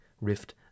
Rift